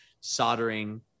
soldering